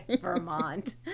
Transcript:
Vermont